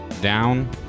down